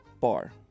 bar